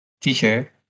teacher